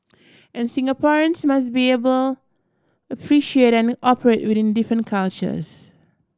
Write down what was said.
and Singaporeans must be able appreciate and operate within different cultures